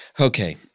okay